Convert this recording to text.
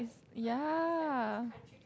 ya